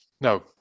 no